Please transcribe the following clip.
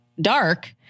dark